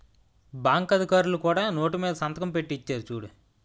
bank అధికారులు కూడా note మీద సంతకం పెట్టి ఇచ్చేరు చూడు